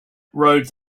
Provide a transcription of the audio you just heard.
roads